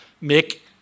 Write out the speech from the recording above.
make